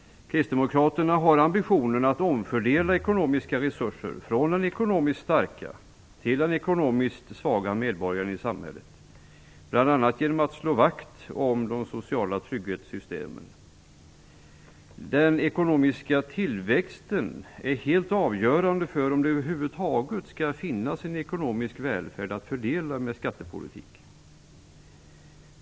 Kristdemokraterna har ambitionen att omfördela ekonomiska resurser från den ekonomiskt starka till den ekonomiskt svaga medborgaren i samhället bl.a. genom att slå vakt om de sociala trygghetssystemen. Den ekonomiska tillväxten är helt avgörande för om det över huvud taget skall finnas en ekonomisk välfärd att fördela med skattepolitik.